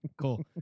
cool